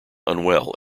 unwell